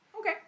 okay